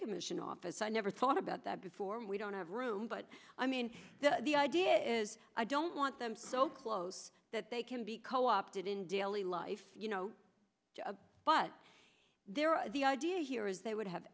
commission office i never thought about that before we don't have room but i mean the idea is i don't want them so close that they can be co opted in daily life you know but there are the idea here is they would have